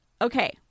Okay